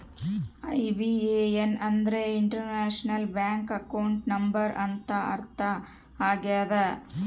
IBAN ಅಂದ್ರೆ international bank account number ಅಂತ ಅರ್ಥ ಆಗ್ಯದ